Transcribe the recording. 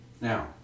Now